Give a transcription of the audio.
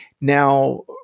Now